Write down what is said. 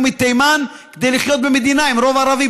מתימן כדי לחיות במדינה עם רוב ערבי,